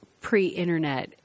pre-internet